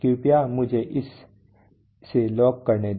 कृपया मुझे इस से लॉक करने दे